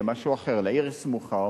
לעיר סמוכה.